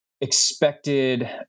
expected